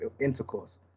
intercourse